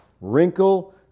wrinkle